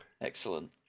Excellent